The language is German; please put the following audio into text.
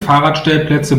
fahrradstellplätze